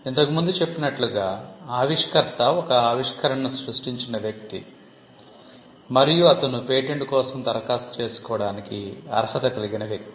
ఇంతకు ముందు చెప్పినట్లుగా ఆవిష్కర్త ఒక ఆవిష్కరణను సృష్టించిన వ్యక్తి మరియు అతను పేటెంట్ కోసం దరఖాస్తు చేసుకోవడానికి అర్హత కలిగిన వ్యక్తి